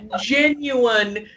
genuine